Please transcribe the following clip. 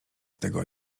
tego